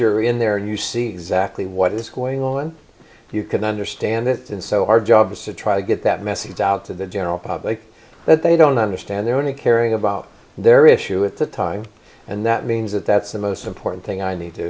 you're in there and you see exactly what is going on you can understand that and so our job is to try to get that message out to the general public that they don't understand they're only caring about their issue at the time and that means that that's the most important thing i need to